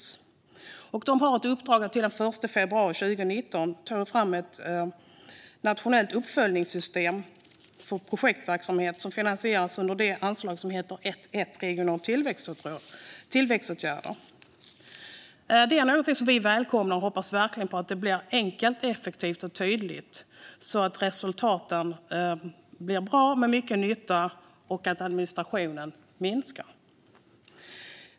Myndigheten har ett uppdrag att till den 1 februari 2019 ta fram ett nationellt uppföljningssystem för projektverksamhet som finansieras under det anslag som heter 1:1 Regionala tillväxtåtgärder. Det är någonting som vi välkomnar. Vi hoppas verkligen att det blir enkelt, effektivt och tydligt så att resultaten blir bra med mycket nytta och administrationen minskar.